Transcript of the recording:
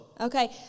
Okay